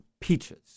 peaches